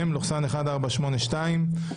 (מ/1482).